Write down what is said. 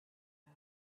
out